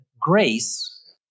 grace